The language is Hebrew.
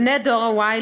בני דור ה-y,